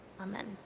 Amen